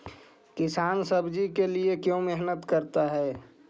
किसान सब्जी के लिए क्यों मेहनत करता है?